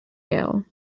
yale